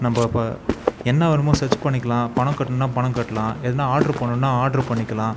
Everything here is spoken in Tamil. நம்ம இப்போ என்ன வேணுமோ செர்ச் பண்ணிக்கலாம் பணம் கட்டினா பணம் கட்டலாம் எதுனா ஆட்ரு பண்ணணுனா ஆட்ரு பண்ணிக்கலாம்